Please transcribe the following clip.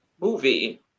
movie